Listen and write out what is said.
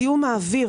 זיהום האוויר.